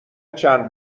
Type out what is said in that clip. چند